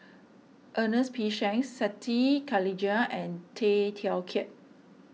Ernest P Shanks Siti Khalijah and Tay Teow Kiat